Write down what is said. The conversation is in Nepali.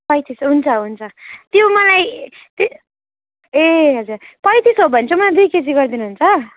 पैंतिस हुन्छ हुन्छ त्यो मलाई त ए हुजर पैँतिस हो भने चाहिँ मलाई दुई केजी गरिदिनु हुन्छ